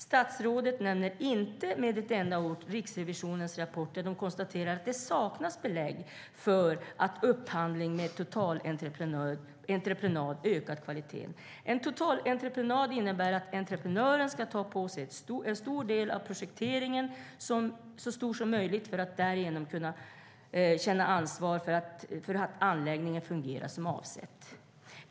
Statsrådet nämner inte med ett enda ord Riksrevisionens rapport, där det konstateras att det saknas belägg för att upphandling med totalentreprenad ökar kvaliteten. En totalentreprenad innebär att entreprenören ska ta på sig en stor del av projekteringen, så stor som möjligt, för att därigenom kunna känna ansvar för att anläggningen ska fungera som avsett.